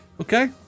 Okay